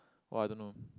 !wah! I don't know